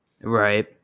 Right